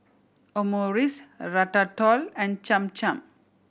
Omurice Ratatouille and Cham Cham